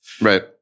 right